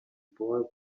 boy